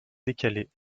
décalée